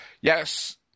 Yes